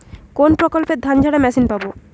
কোনপ্রকল্পে ধানঝাড়া মেশিন পাব?